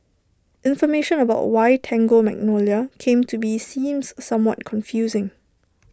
information about why Tango Magnolia came to be seems somewhat confusing